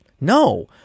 No